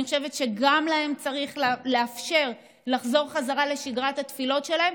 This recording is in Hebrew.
אני חושבת שגם להם צריך לאפשר לחזור לשגרת התפילות שלהם,